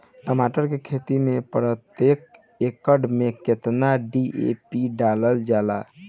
टमाटर के खेती मे प्रतेक एकड़ में केतना डी.ए.पी डालल जाला?